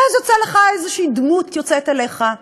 ואז איזושהי דמות יוצאת אליך,